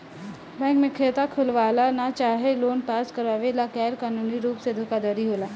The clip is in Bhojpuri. बैंक में खाता खोलवावे ला चाहे लोन पास करावे ला गैर कानूनी रुप से धोखाधड़ी होला